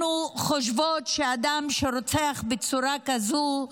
אנחנו חושבות שאדם שרוצח בצורה כזאת,